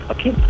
Okay